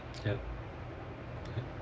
ya ya